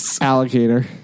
Alligator